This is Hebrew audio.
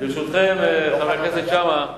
ברשותכם, חבר הכנסת שאמה,